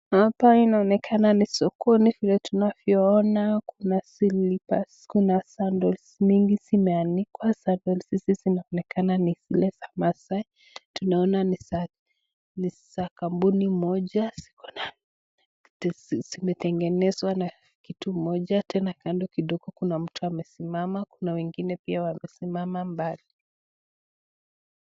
Hapa kunaonekana ni soko vile tunavyo ona masilipas Kuna sadols mingi simeaikwa sadols hizi zinaonekana ni za masaai tunaomba ni za kampini moja zimetengenezwa na kitu moja tena kando kidogo Kuna mtu amesimama na Kuna wengine pia wamesimama mbali.